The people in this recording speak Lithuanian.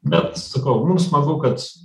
bet sakau nu smagu kad